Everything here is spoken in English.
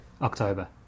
October